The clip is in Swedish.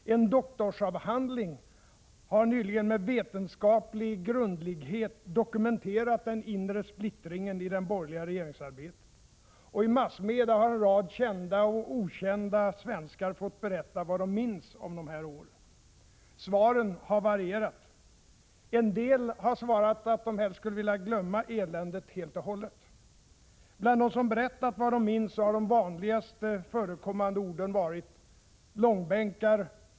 En doktorsavhandling har nyligen med vetenskaplig grundlighet dokumenterat den inre splittringen i det borgerliga regeringsarbetet. Och i massmedia har en rad kända och okända svenskar fått berätta vad de minns av de här åren. Svaren har varierat. En del har svarat att de helst skulle vilja glömma eländet helt och hållet. Bland dem som berättat vad de minns har de vanligast förekommande orden varit: Långbänkar.